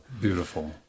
beautiful